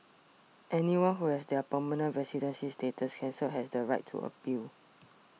anyone who has their permanent residency status cancelled has the right to appeal